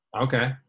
Okay